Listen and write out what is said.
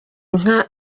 inka